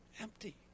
empty